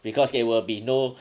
because there will be no